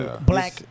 Black